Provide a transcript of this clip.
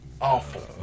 Awful